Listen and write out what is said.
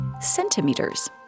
centimeters